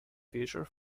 feature